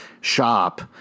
shop